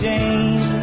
Jane